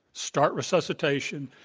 start resuscitation,